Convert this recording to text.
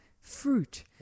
fruit